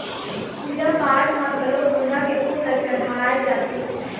पूजा पाठ म घलोक गोंदा के फूल ल चड़हाय जाथे